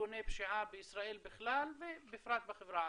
ארגוני פשיעה בישראל בכלל ובפרט בחברה הערבית.